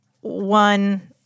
one